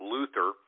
Luther